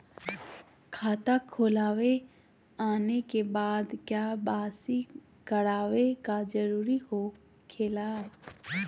खाता खोल आने के बाद क्या बासी करावे का जरूरी हो खेला?